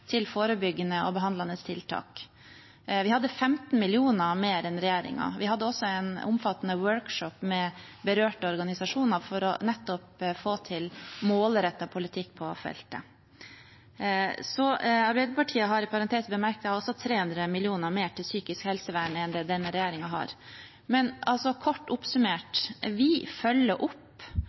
til forebyggende og behandlende tiltak. Vi hadde 15 mill. kr mer enn regjeringen. Vi hadde også en omfattende workshop med berørte organisasjoner for nettopp å få til målrettet politikk på feltet. Arbeiderpartiet har, i parentes bemerket, også 300 mill. kr mer til psykisk helsevern enn det denne regjeringen har. Men kort oppsummert: Vi følger med, vi følger opp,